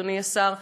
אדוני השר,